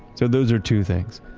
so those are two things,